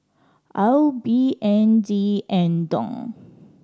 AUD B N D and Dong